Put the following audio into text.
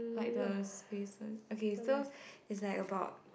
like the spaces okay so it's like about